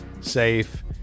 safe